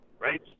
right